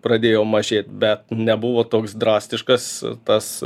pradėjo mažėt bet nebuvo toks drastiškas tas